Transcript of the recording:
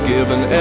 Given